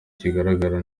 kigaragara